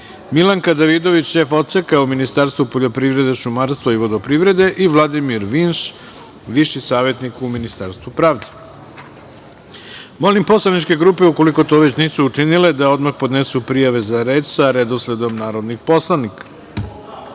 Milanka Davidović, šef Odseka u Ministarstvu poljoprivrede, šumarstva i vodoprivrede i Vladimir Vinš, viši savetnik u Ministarstvu pravde. Molim poslaničke grupe, ukoliko to već nisu učinile, da odmah podnesu prijave za reč sa redosledom narodnih poslanika. Saglasno